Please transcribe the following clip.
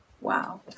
Wow